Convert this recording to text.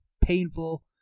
Painful